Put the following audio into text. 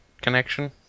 connection